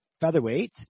featherweight